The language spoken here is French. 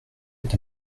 est